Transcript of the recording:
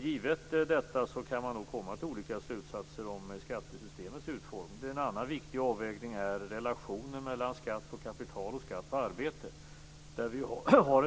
Givet detta kan man komma till olika slutsatser om skattesystemets utformning. En annan viktig avvägning är relationen mellan skatt på kapital och skatt på arbete.